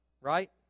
right